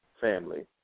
family